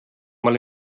mal